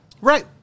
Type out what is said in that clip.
Right